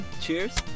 Cheers